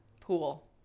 pool